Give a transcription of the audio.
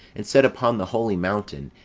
and set upon the holy mountain,